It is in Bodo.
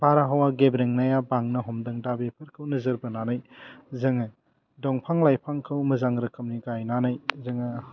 बारहावा गेब्रेंनाया बांनो हमदों दा बेफोरखौ नोजोर बोनानै जोङो दंफां लाइफांखौ मोजां रोखोमनि गायनानै जोङो